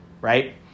right